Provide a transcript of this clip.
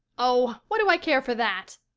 oh, what do i care for that?